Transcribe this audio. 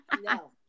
No